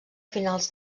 finals